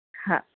હા